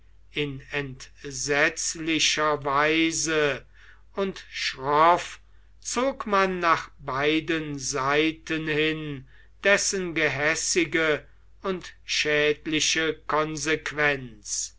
in entsetzlicher weise und schroff zog man nach beiden seiten hin dessen gehässige und schädliche konsequenzen